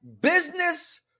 Business